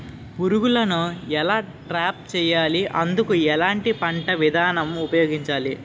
పురుగులను ఎలా ట్రాప్ చేయాలి? అందుకు ఎలాంటి పంట విధానం ఉపయోగించాలీ?